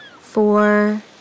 four